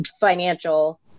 financial